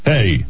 Hey